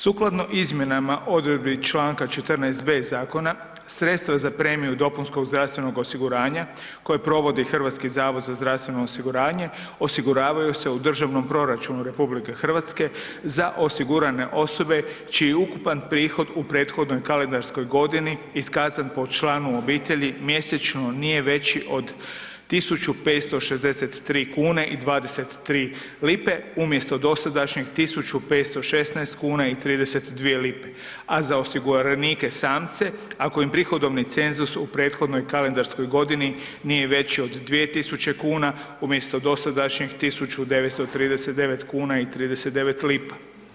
Sukladno izmjenama odredbi čl. 14.b Zakona, sredstva za premiju dopunskog zdravstvenog osiguranja koje provodi HZZO osiguravaju se u državnom proračunu RH za osigurane osobe čiji ukupan prihod u prethodnoj kalendarskoj godini iskazan po članu obitelji mjesečno nije veći od 1563,23 kn umjesto dosadašnjih 1516,32 kn, a za osiguranike samce, ako im prihodovni cenzus u prethodnoj kalendarskoj godini nije veći od 2000 kn umjesto dosadašnjih 1930,39 kn.